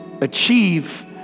achieve